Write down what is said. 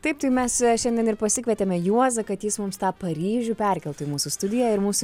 taip tai mes šiandien ir pasikvietėme juozą kad jis mums tą paryžių perkeltų į mūsų studiją ir mūsų